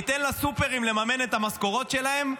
ניתן לסופרים לממן את המשכורות שלהם,